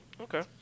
Okay